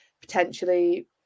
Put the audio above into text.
potentially